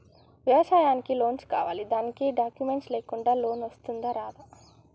వ్యవసాయానికి లోన్స్ కావాలి దానికి డాక్యుమెంట్స్ లేకుండా లోన్ వస్తుందా రాదా?